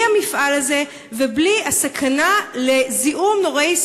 המפעל הזה ובלי הסכנה לזיהום נוראי,